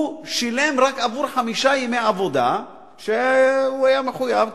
הוא שילם רק עבור חמישה ימי עבודה שהוא היה מחויב,